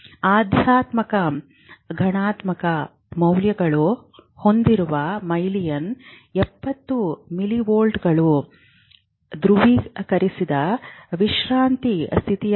ಧನಾತ್ಮಕ ಋಣಾತ್ಮಕ ಮೌಲ್ಯಗಳನ್ನು ಹೊಂದಿರುವ ಮೈನಸ್ 70 ಮಿಲಿವೋಲ್ಟ್ಗಳು ಧ್ರುವೀಕರಿಸಿದ ವಿಶ್ರಾಂತಿ ಸ್ಥಿತಿಯಾಗಿದೆ